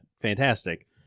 fantastic